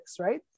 right